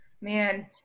man